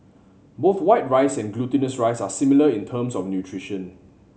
both white rice and glutinous rice are similar in terms of nutrition